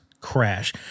crash